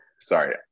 Sorry